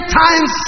times